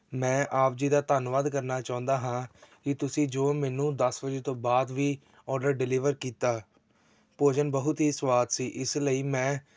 ਮੈਂ ਆਪ ਜੀ ਦਾ ਧੰਨਵਾਦ ਕਰਨਾ ਚਾਹੁੰਦਾ ਹਾਂ ਕਿ ਤੁਸੀਂ ਜੋ ਮੈਨੂੰ ਦਸ ਵਜੇ ਤੋਂ ਬਾਅਦ ਵੀ ਔਡਰ ਡਿਲੀਵਰ ਕੀਤਾ ਭੋਜਨ ਬਹੁਤ ਹੀ ਸਵਾਦ ਸੀ ਇਸ ਲਈ ਮੈਂ